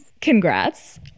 Congrats